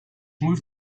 moved